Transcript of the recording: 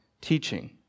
teaching